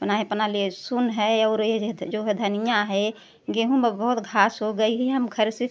बनाए हैं अपना लहसुन है और यह जो है धनिया है गेहूँ में बहुत घास हो गई है हम घर से